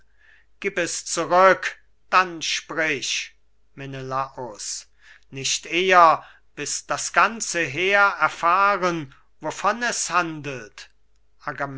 gib es zurück dann sprich menelaus nicht eher bis das ganze heer erfahren wovon es handelt